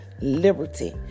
liberty